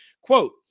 Quote